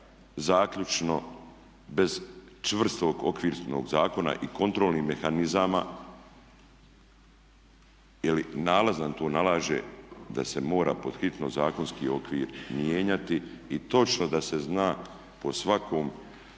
zaključno bez čvrstog okvirnog zakona i kontrolnih mehanizama jer nalaz nam to nalaže da se mora pod hitno zakonski okvir mijenjati i točno da se zna po svakom